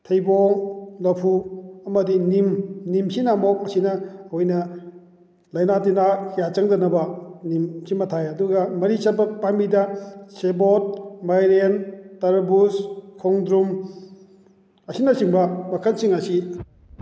ꯊꯩꯕꯣꯡ ꯂꯐꯨ ꯑꯃꯗꯤ ꯅꯤꯝ ꯅꯤꯝꯁꯤꯅ ꯑꯃꯨꯛ ꯃꯁꯤꯅ ꯑꯣꯏꯅ ꯂꯩꯅꯥ ꯇꯤꯟꯅꯥ ꯀꯌꯥ ꯆꯪꯗꯅꯕ ꯅꯤꯝ ꯁꯤꯃ ꯊꯥꯏ ꯑꯗꯨꯒ ꯃꯔꯤ ꯆꯠꯄ ꯄꯥꯝꯕꯤꯗ ꯁꯦꯕꯣꯠ ꯃꯥꯏꯔꯦꯟ ꯇꯔꯕꯨꯖ ꯈꯣꯡꯗ꯭ꯔꯨꯝ ꯑꯁꯤꯅ ꯆꯤꯡꯕ ꯃꯈꯜꯁꯤꯡ ꯑꯁꯤ